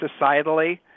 societally